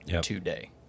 today